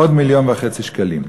עוד מיליון וחצי שקלים.